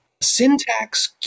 Syntax